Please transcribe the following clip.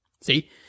See